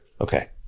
Okay